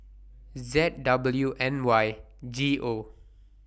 Z W N Y G O